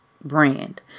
brand